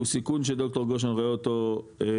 הוא סיכון שד"ר גושן רואה אותו קשה,